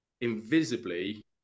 invisibly